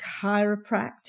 chiropractic